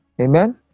Amen